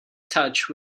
touch